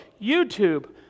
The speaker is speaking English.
YouTube